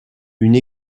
une